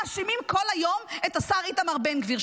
ומאשימים כל היום את השר איתמר בן גביר.